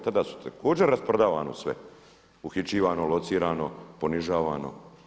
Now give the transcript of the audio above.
Tada je također rasprodavano sve, uhićivano, locirano, ponižavano.